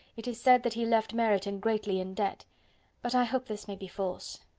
it is said that he left meryton greatly in debt but i hope this may be false.